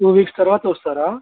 to weeks తరువాత వస్తారా